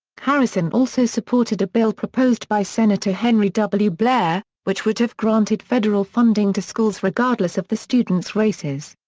harrison also supported a bill proposed by senator henry w. blair, which would have granted federal funding to schools regardless of the students' races.